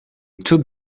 took